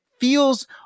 feels